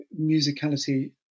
musicality